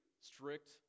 strict